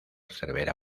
cervera